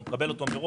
הוא מקבל אותו מראש.